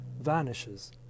vanishes